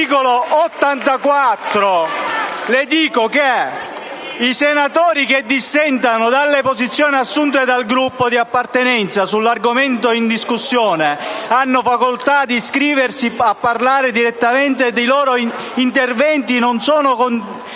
dell'articolo 84 del Regolamento: «I senatori che dissentano dalle posizioni assunte dal Gruppo di appartenenza sull'argomento in discussione hanno facoltà di iscriversi a parlare direttamente ed i loro interventi non sono considerati